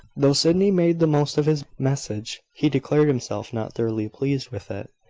though sydney made the most of his message, he declared himself not thoroughly pleased with it.